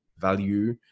value